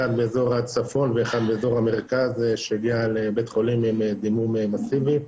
אחד מאזור הצפון ואחד מאזור המרכז שהגיע לבית החולים עם דימום מסיבי,